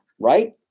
right